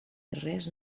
res